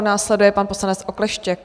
Následuje pan poslanec Okleštěk.